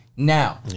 Now